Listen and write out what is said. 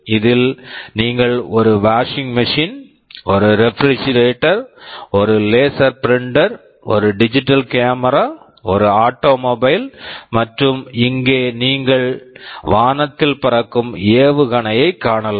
இதில் நீங்கள் ஒரு வாஷிங் மெஷின் washing machine ஒரு ரெபிரிஜிரேட்டர் Refrigerator ஒரு லேசர் பிரிண்டர் laser printer ஒரு டிஜிட்டல் கேமரா digital camera ஒரு ஆட்டோமொபைல் automobile மற்றும் இங்கே நீங்கள் வானத்தில் பறக்கும் ஏவுகணையைக் காணலாம்